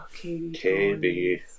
KB